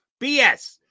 BS